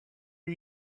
are